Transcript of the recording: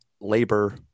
labor